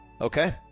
Okay